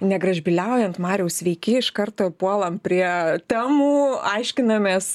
negražbyliaujant mariau sveiki iš karto puolam prie temų aiškinamės